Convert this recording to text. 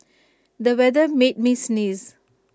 the weather made me sneeze